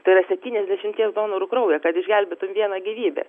tai yra septyniasdešimties donorų kraują kad išgelbėtum vieną gyvybę